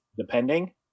depending